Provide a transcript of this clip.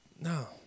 No